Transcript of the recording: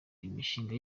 imishinga